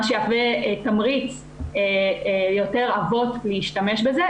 מה שיהווה תמריץ ליותר אבות להשתמש בזה.